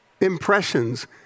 impressions